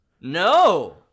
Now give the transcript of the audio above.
No